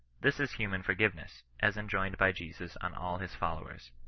this is human forgiveness, as enjoined by jesus on all his followers.